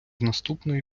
наступної